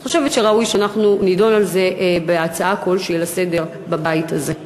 אז אני חושבת שראוי שאנחנו נדון על זה בהצעה כלשהי לסדר-היום בבית הזה.